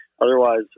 otherwise